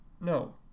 No